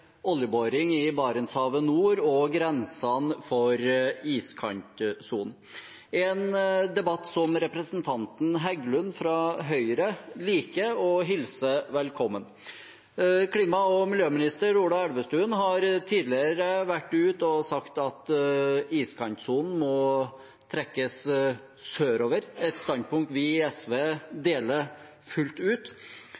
oljeboring i Barentshavet nord og grensene for iskantsonen – en debatt som representanten Heggelund fra Høyre liker å hilse velkommen. Klima- og miljøminister Ola Elvestuen har tidligere vært ute og sagt at iskantsonen må trekkes sørover – et standpunkt vi i SV